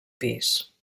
pis